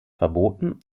verboten